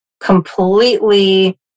completely